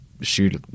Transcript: shoot